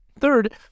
Third